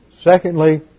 Secondly